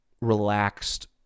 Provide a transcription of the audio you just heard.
relaxed